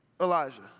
Elijah